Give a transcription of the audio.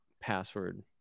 password